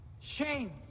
Shame